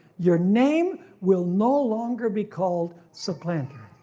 your name will no longer be called supplanter,